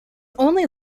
only